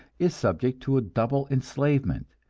is subject to a double enslavement,